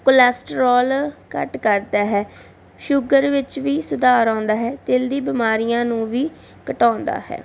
cholesterol ਘੱਟ ਕਰਦਾ ਹੈ ਸ਼ੂਗਰ ਵਿੱਚ ਵੀ ਸੁਧਾਰ ਆਉਂਦਾ ਹੈ ਦਿਲ ਦੀ ਬਿਮਾਰੀਆਂ ਨੂੰ ਵੀ ਘਟਾਉਂਦਾ ਹੈ